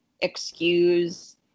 excuse